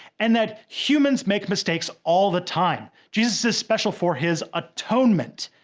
and that humans make mistakes all the time. jesus is special for his atonement,